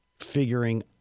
figuring